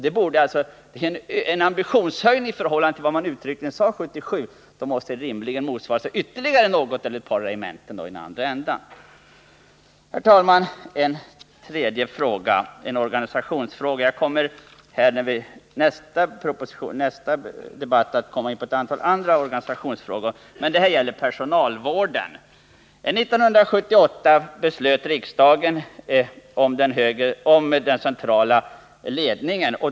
Det är alltså en ambitionshöjning i förhållande till vad socialdemokraterna uttryckligen sade 1977, och det måste rimligen motsvaras av nedläggning av ytterligare något eller ett par regementen i den andra änden. Herr talman! En organisationsfråga. Jag kommer att under nästa debatt gå in på ett antal andra organisationsfrågor. Den här gäller personalvården. År 1978 fattade riksdagen beslut om försvarsmaktens centrala ledning.